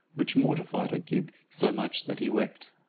which mortified agib so much that he wept.